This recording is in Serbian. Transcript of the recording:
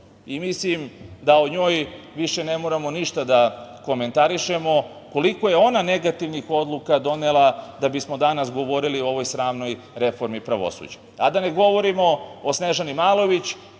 Mislim da o njoj više ne moramo ništa da komentarišemo, koliko je ona negativnih odluka donela da bismo danas govorili o ovoj sramnoj reformi pravosuđa, a da ne govorimo o Snežani Malović